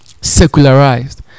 secularized